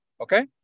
okay